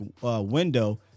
window